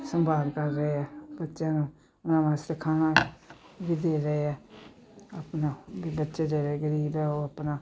ਸੰਭਾਲ ਕਰ ਰਹੇ ਹੈ ਬੱਚਿਆਂ ਨੂੰ ਉਨ੍ਹਾਂ ਵਾਸਤੇ ਖਾਣਾ ਵੀ ਦੇ ਰਹੇ ਹੈ ਆਪਣਾ ਵੀ ਬੱਚੇ ਜਿਹੜੇ ਗਰੀਬ ਹੈ ਉਹ ਆਪਣਾ